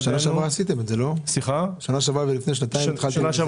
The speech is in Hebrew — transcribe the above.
בשנה שעברה ולפני שנתיים עשיתם את זה, לא?